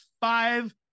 five